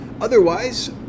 Otherwise